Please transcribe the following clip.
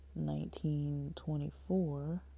1924